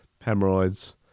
hemorrhoids